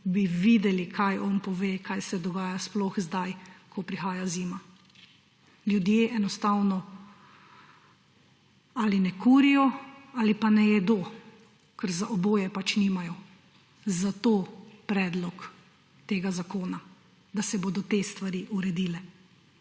bi videli, kaj on pove, kaj se dogaja sploh zdaj, ko prihaja zima. Ljudje enostavno ali ne kurijo ali pa ne jedo, ker za oboje pač nimajo. Zato predlog tega zakona, da se bodo te stvari uredile.